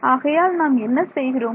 ஆகையால் நாம் என்ன செய்கிறோம்